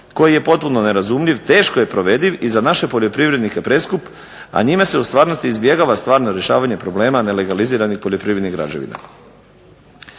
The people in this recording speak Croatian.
koji je potpuno nerazumljiv, teško je provediv i za naše poljoprivrednike preskup, a njime se u stvarnosti izbjegava stvarno rješavanje problema nelegaliziranih poljoprivrednih građevina.